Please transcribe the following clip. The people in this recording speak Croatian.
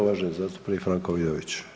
Uvaženi zastupnik Franko Vidović.